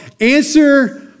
answer